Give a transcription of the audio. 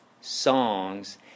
songs